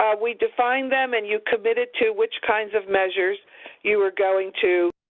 we defined them and you committed to which kinds of measures you were going to